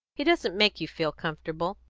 he doesn't make you feel comfortable.